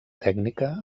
tècnica